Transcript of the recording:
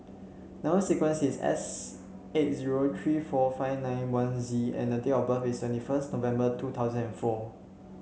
number sequence is S eight zero three four five nine one Z and the date of birth is twenty first November two thousand and four